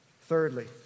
Thirdly